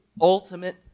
ultimate